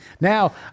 Now